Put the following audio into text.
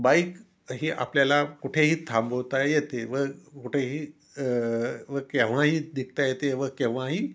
bike ही आपल्याला कुठेही थांबवता येते व कुठेही व केव्हाही दिखता येते व केव्हाही